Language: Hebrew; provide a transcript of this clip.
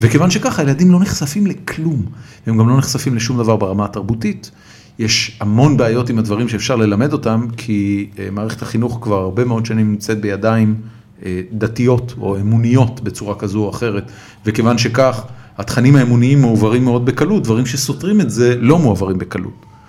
וכיוון שכך, הילדים לא נחשפים לכלום, הם גם לא נחשפים לשום דבר ברמה התרבותית, יש המון בעיות עם הדברים שאפשר ללמד אותם, כי מערכת החינוך כבר הרבה מאוד שנים נמצאת בידיים דתיות או אמוניות, בצורה כזו או אחרת, וכיוון שכך, התכנים האמוניים מועברים מאוד בקלות, דברים שסותרים את זה לא מועברים בקלות.